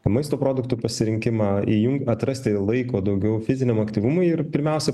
maisto produktų pasirinkimą įjun atrasti laiko daugiau fiziniam aktyvumui ir pirmiausia